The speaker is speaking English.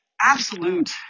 absolute